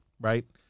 right